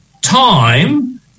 time